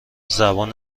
زبان